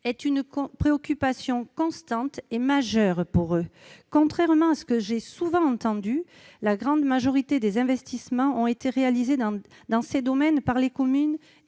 eux une préoccupation constante et majeure. Contrairement à ce que j'ai souvent entendu dire, la grande majorité des investissements a été réalisée dans ces domaines par les communes,